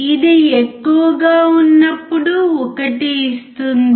ఇది ఎక్కువగా ఉన్నప్పుడు 1 ఇస్తుంది